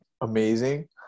amazing